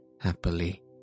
happily